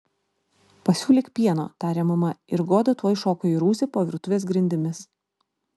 pasiūlyk pieno tarė mama ir goda tuoj šoko į rūsį po virtuvės grindimis